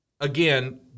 again